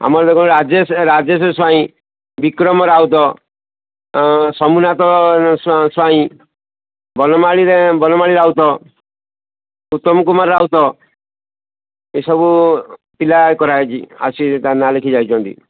ଆମର ଦେଖନ୍ତୁ ରାଜେଶ ରାଜେଶ ସ୍ୱାଇଁ ବିକ୍ରମ ରାଉତ ସୋମୁନାଥ ସ୍ୱ ସ୍ୱାଇଁ ବନମାଳୀ ବନମାଳୀ ରାଉତ ଉତ୍ତମ କୁମାର ରାଉତ ଏସବୁ ପିଲା କରାହୋଇଛି ଆସିକି ତା ନାଁ ଲେଖି ଯାଇଛନ୍ତି